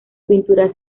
pintura